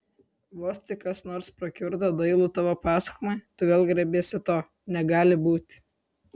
vos tik kas nors prakiurdo dailų tavo pasakojimą tu vėl griebiesi to negali būti